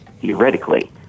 theoretically